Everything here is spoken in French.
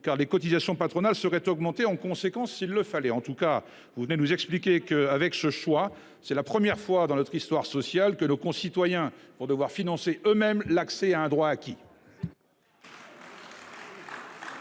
car les cotisations patronales seraient augmentés en conséquence s'il le fallait, en tout cas vous venez nous expliquer que, avec ce choix, c'est la première fois dans notre histoire sociale que nos concitoyens pour devoir financer eux-mêmes l'accès à un droit acquis.